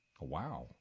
Wow